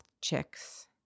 chicks